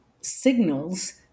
signals